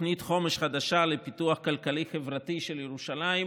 תוכנית חומש חדשה לפיתוח כלכלי-חברתי של ירושלים,